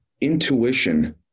intuition